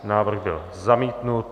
Návrh byl zamítnut.